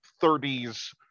30s